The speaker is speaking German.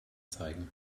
zeigen